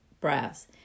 brass